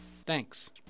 Thanks